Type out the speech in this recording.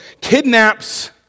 kidnaps